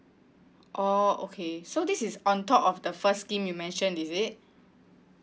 oh okay so this is on top of the first scheme you mention is it